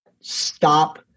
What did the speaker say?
Stop